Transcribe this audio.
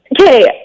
Okay